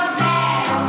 zero